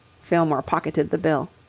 fillmore pocketed the bill.